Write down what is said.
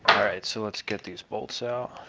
alright, so let's get these bolts. so